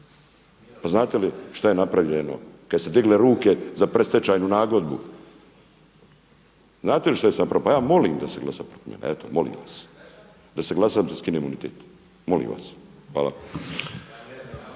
Pa znate što je napravljeno kada su se digle ruke za predstečajnu nagodbu? Znate što … /ne razumije se/… pa ja molim da se glasa protiv mene. Evo, molim vas da se glasa da se skine imunitet. Molim vas. Hvala.